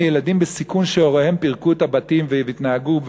ילדים בסיכון שהוריהם פירקו את הבתים והם התנהגו,